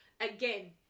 again